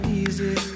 easy